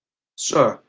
sir,